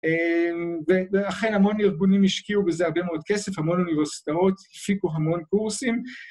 ולכן המון ארגונים השקיעו בזה הרבה מאוד כסף, המון אוניברסיטאות, הפיקו המון קורסים.